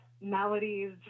melodies